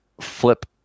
flip